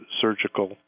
surgical